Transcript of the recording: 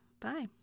bye